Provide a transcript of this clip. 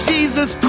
Jesus